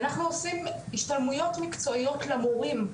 אנחנו עושים השתלמויות מקצועיות למורים,